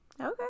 Okay